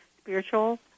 spiritual